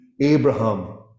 Abraham